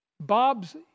Bob's